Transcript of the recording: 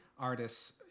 artists